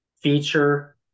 feature